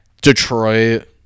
Detroit